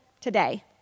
today